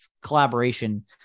collaboration